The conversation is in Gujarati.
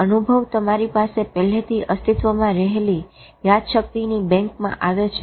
અનુભવ તમારી પાસે પહેલેથી અસ્તિત્વમાં રહેલી યાદશક્તિની બેંકમાં આવે છે